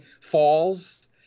falls